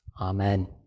Amen